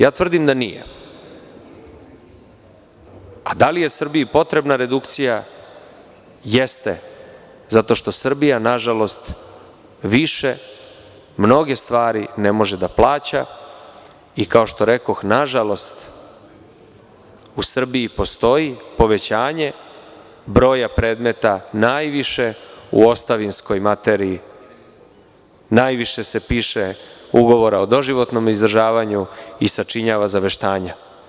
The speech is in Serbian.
Ja tvrdim da nije, a da li je Srbiji potrebna redukcija, jeste zato što Srbija nažalost više mnoge stvari ne može da plaća i kao što rekoh, nažalost u Srbiji postoji povećanje broja predmeta najviše u ostavinskoj materiji, najviše se piše ugovora o doživotnom izdržavanju i sačinjavaju zaveštanja.